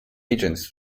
agents